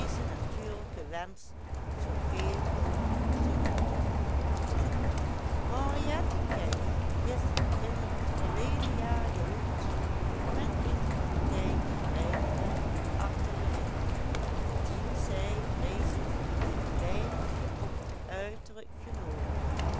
natuurlijken wensch zooveel mogelijk te voldoen henriette kegge is in het verleden jaar gehuwd met een kapitein der rijdende artillerie dien zij vrees ik een weinigje op het uiterlijk genomen heeft